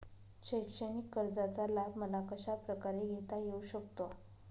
शैक्षणिक कर्जाचा लाभ मला कशाप्रकारे घेता येऊ शकतो?